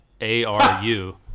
A-R-U